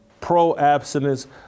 pro-abstinence